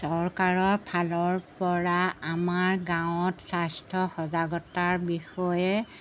চৰকাৰৰ ফালৰপৰা আমাৰ গাঁৱত স্বাস্থ্য সজাগতাৰ বিষয়ে